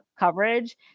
coverage